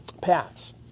paths